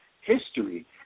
history